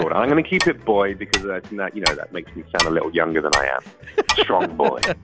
but i'm going to keep it, boy, because i think that, you know, that makes me sound a little younger than i am strong. boy,